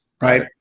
right